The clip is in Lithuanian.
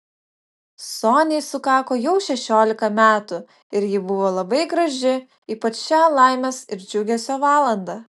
soniai sukako jau šešiolika metų ir ji buvo labai graži ypač šią laimės ir džiugesio valandą